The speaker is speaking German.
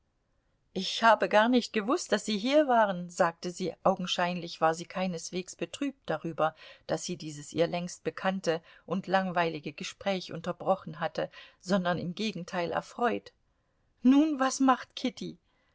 ich habe gar nicht gewußt daß sie hier waren sagte sie augenscheinlich war sie keineswegs betrübt darüber daß sie dieses ihr längst bekannte und langweilige gespräch unterbrochen hatte sondern im gegenteil erfreut nun was macht kitty